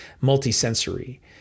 multi-sensory